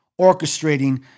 orchestrating